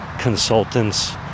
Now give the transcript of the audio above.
consultants